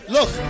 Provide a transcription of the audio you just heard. Look